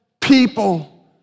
people